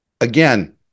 Again